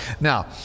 Now